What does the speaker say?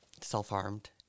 Self-harmed